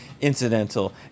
incidental